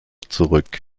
zurück